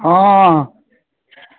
हँ हँ